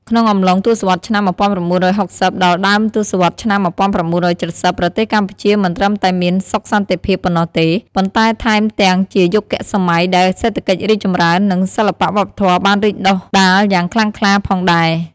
ក្នុងអំឡុង ទសវត្សរ៍ឆ្នាំ១៩៦០ ដល់ដើមទសវត្សរ៍ឆ្នាំ១៩៧០ ប្រទេសកម្ពុជាមិនត្រឹមតែមាន សុខសន្តិភាព ប៉ុណ្ណោះទេ ប៉ុន្តែថែមទាំងជាយុគសម័យដែល សេដ្ឋកិច្ចរីកចម្រើន និង សិល្បៈវប្បធម៌បានរីកដុះដាលយ៉ាងខ្លាំងក្លា ផងដែរ។